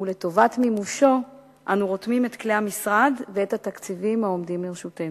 ולטובת מימושו אנו רותמים את כלי המשרד ואת התקציבים העומדים לרשותנו.